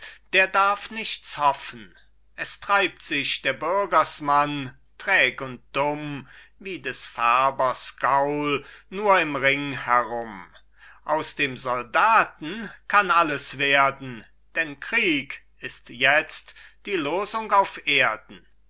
der darf nichts hoffen es treibt sich der bürgersmann träg und dumm wie des färbers gaul nur im ring herum aus dem soldaten kann alles werden denn krieg ist jetzt die losung auf erden